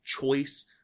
choice